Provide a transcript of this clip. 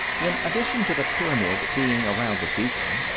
in addition to the pyramid being around the beacon,